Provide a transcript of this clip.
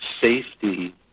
safety